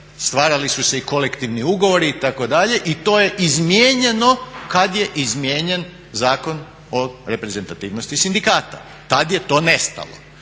stvarali su se i kolektivni ugovori itd., i to je izmijenjeno kad je izmijenjen Zakon o reprezentativnosti sindikata. Tad je to nestalo.